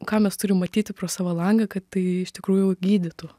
ką mes turim matyti pro savo langą kad tai iš tikrųjų gydytų